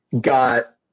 got